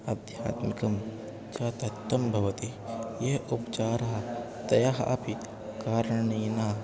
अध्यात्मिकं च तत्त्वं भवति ये उपचारः तया अपि कारणेन